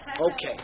Okay